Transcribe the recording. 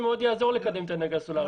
זה מאוד יעזור לקדם את האנרגיה הסולרית.